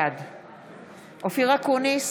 בעד אופיר אקוניס,